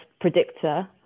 predictor